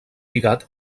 lligat